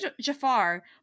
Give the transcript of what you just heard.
Jafar